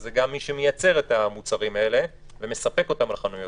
זה גם מי שמייצר את המוצרים האלה ומספק אותם לחנויות.